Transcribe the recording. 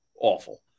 awful